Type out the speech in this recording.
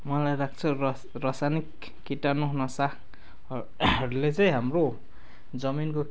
मलाई लाग्छ रस रसायनिक किटाणु नशा हरूले चाहिँ हाम्रो जमिनको